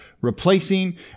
replacing